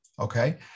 Okay